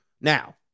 Now